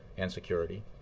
and security.